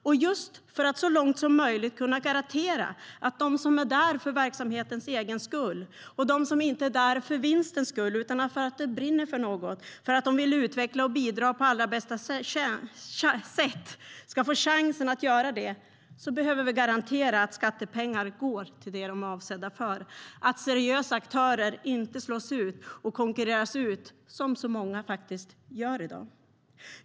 Och just för att så långt som möjligt kunna garantera att de som är där för verksamhetens egen skull, de som inte är där för vinstens skull utan för att de brinner för något, de som vill utveckla och bidra på allra bästa sätt, ska få chansen att göra det behöver vi garantera att skattepengar går till det de är avsedda för så att seriösa aktörer inte slås ut och konkurreras ut som så många i dag.